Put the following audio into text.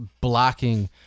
blocking